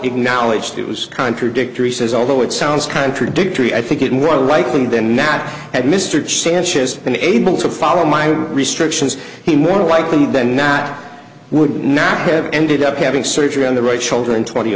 acknowledged it was contradictory says although it sounds contradictory i think it more likely than not that mr sanchez unable to follow my restrictions he more likely than not would not have ended up having surgery on the right shoulder in twenty